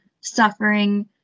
suffering